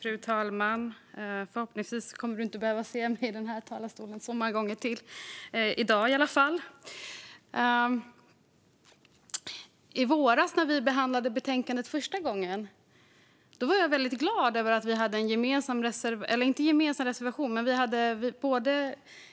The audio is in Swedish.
Fru talman! När vi i våras behandlade detta förslag för första gången var jag väldigt glad över att